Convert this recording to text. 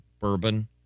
bourbon